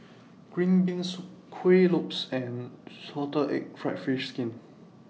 Green Bean Soup Kuih Lopes and Salted Egg Fried Fish Skin